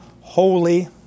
holy